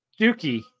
Dookie